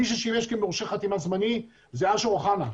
מי ששימש כמורשה חתימה זמני זה אשר אוחנה.